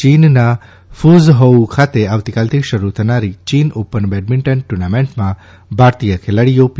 ચીનના Quzhou ખાતે આવતીકાલથી શરૂ થનારી ચીન ઓપન બેડમિન્ટન ટુર્નામેન્ટમાં ભારતીય ખેલાડીઓ પી